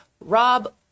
Rob